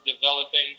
developing